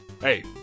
Hey